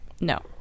No